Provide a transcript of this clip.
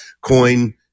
coin